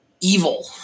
evil